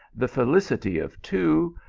the felicity of two,